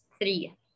three